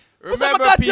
Remember